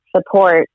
support